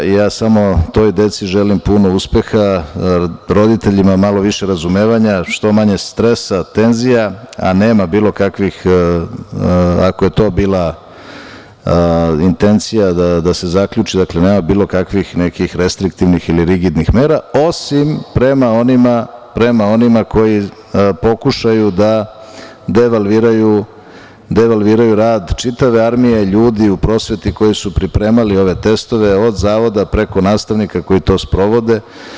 Toj deci želim puno uspeha, roditeljima malo više razumevanja, što manje stresa, tenzija, a nema bilo kakvih, ako je to bila intencija da se zaključi, nema bilo kakvih nekih restriktivnih ili rigidnih mera osim prema onima koji pokušaju da devalviraju rad čitave armije ljudi u prosveti koji su pripremali ove testove od zavoda preko nastavnika koji to sprovode.